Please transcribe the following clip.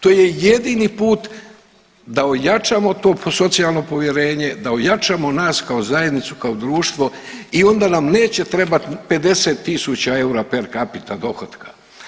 To je jedini put da ojačamo to socijalno povjerenje, da ojačamo nas kao zajednicu kao društvo i onda nam neće trebat 50.000 eura per capita dohotka.